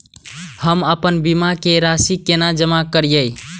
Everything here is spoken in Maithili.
हम आपन बीमा के राशि केना जमा करिए?